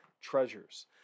treasures